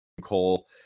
Cole